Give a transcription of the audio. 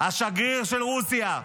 השגריר של רוסיה.